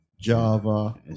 Java